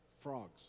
frogs